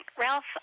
Ralph